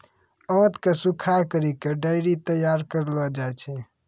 आंत के सुखाय करि के डोरी तैयार करलो जाय छै